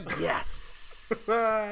Yes